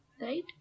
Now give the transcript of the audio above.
right